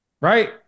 right